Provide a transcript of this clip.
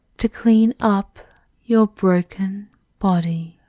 to clean up your broken body,